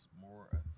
more